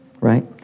right